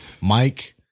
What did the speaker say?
Mike